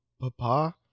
papa